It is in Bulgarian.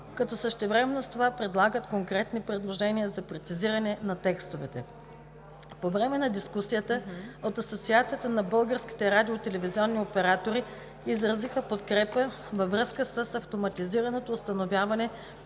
като същевременно с това предлагат конкретни предложения за прецизиране на текстовете. По време на дискусията от Асоциацията на българските радио- и телевизионни оператори изразиха подкрепа във връзка с автоматизираното установяване